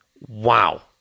wow